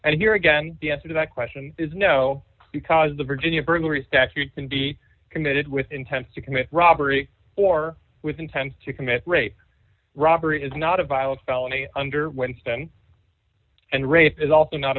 and here again the answer to that question is no because the virginia burglary statutes and be committed with intent to commit robbery or with intent to commit rape robbery is not a violent felony under went in and rape is also not a